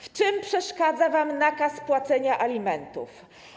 W czym przeszkadza wam nakaz płacenia alimentów?